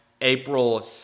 April